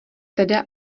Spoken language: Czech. teda